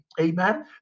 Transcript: Amen